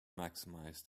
maximize